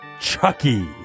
Chucky